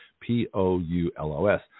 P-O-U-L-O-S